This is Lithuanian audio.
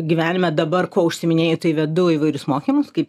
gyvenime dabar kuo užsiiminėju tai vedu įvairius mokymus kaip